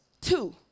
Two